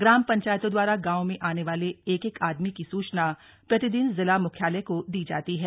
ग्राम पंचायतों दवारा गांवों में आने वाले एक एक आदमी की सूचना प्रतिदिन जिला मुख्यालय को दी जाती है